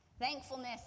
Thankfulness